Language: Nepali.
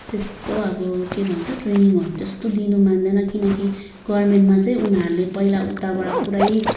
त्यस्तो अब ट्रेनिङहरू त्यस्तो दिन मान्दैन किनकि गभर्मेन्टमा चाहिँ पहिला उनीहरूले उताबाट पुरै